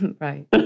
Right